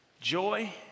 joy